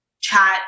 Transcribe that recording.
chat